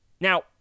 Now